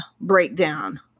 breakdown